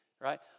right